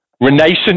Renaissance